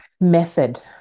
method